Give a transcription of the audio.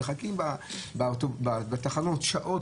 מחכים בתחנות שעות,